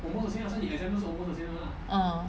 uh